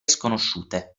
sconosciute